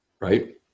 right